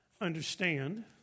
understand